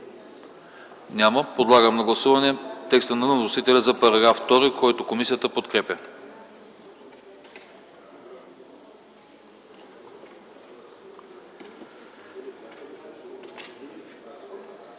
Няма. Подлагам на гласуване текста на вносителя за § 2, който комисията подкрепя.